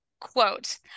quote